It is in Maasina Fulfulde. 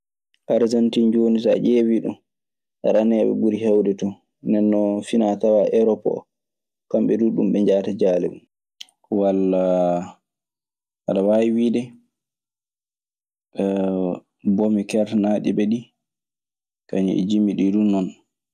Arsentiin jooni so a ƴeewii ɗun, raneeɓe ɓuri heewde ton. Nden non finaa tawaa erop oo, kamɓe duu ɗun ɓe njahata jaale mun. Walla aɗa waawi wiide bome kertanaaɗi ɓe ɗii kañun e jimi ɗii du noon non.